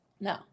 No